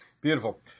Beautiful